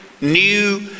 new